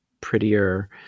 prettier